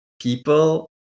people